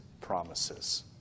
promises